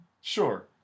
Sure